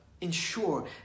ensure